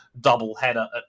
doubleheader